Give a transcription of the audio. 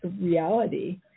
reality